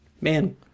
Man